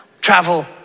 travel